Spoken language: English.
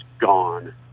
gone